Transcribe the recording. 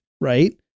Right